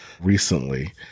recently